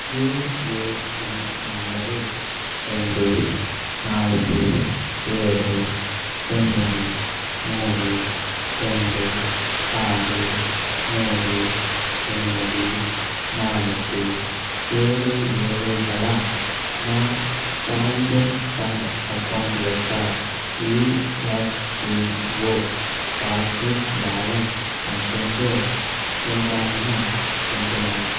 UAN number రెండు నాలుగు ఏడు తొమ్మిది మూడు రెండు ఆరు మూడు ఎనిమిది నాలుగు ఏడు ఏడు గల నా ప్రావిడెంట్ ఫండ్ అకౌంట్ యొక్క ఈఎఫ్పిఓ పాస్బుక్ బ్యాలన్స్ ఎంత ఉందో చూడాలని అనుకుంటున్నాను